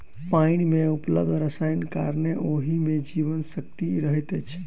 पाइन मे उपलब्ध रसायनक कारणेँ ओहि मे जीवन शक्ति रहैत अछि